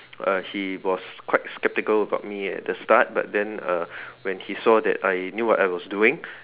uh he was quite skeptical about me at the start but then uh when he saw that I knew what I was doing